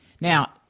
Now